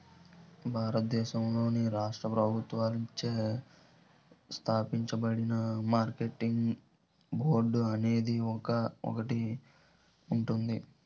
భారతదేశంలోని రాష్ట్ర ప్రభుత్వాలచే స్థాపించబడిన మార్కెటింగ్ బోర్డు అనేది ఒకటి ఉంటుంది